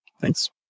Thanks